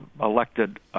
elected